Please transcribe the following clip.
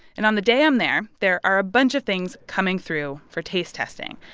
and on the day i'm there, there are a bunch of things coming through for taste testing.